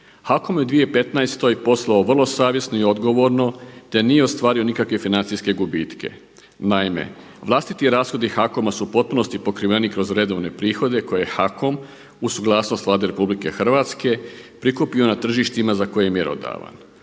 HAKOM je u 2015. poslovao vrlo savjesno i odgovorno, te nije ostvario nikakve financijske gubitke. Naime, vlastiti rashodi HAKOM-a su u potpunosti pokriveni kroz redovne prihode koje HAKOM u suglasnost Vlade RH prikupio na tržištima za koje je mjerodavan.